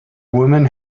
woman